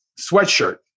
sweatshirt